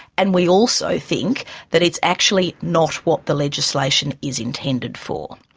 and we also think that it's actually not what the legislation is intended for.